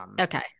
Okay